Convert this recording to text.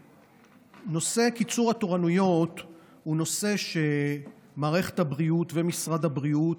נושא קיצור התורנויות הוא נושא שבמשך שנים מערכת הבריאות ומשרד הבריאות